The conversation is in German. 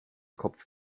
kopf